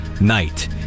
night